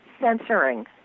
censoring